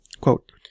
Quote